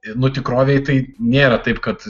nu tikrovėj tai nėra taip kad